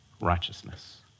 righteousness